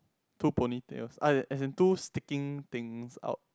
two ponytails ah as in two sticking things out